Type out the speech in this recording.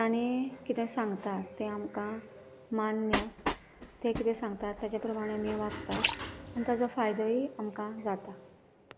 ताणें कितें सांगता तें आमकां मान्य ते कितें सांगता ताजे प्रमाणें आमी वागता आनी ताजो फायदोय आमकां जाता